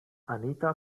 anita